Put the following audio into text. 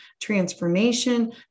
transformation